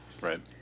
Right